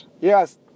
Yes